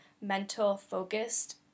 mental-focused